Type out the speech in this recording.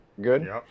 Good